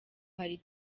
hari